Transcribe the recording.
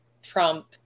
trump